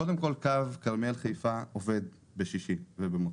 קו כרמיאל חיפה כן עובד בשישי ובמוצ"ש.